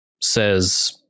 Says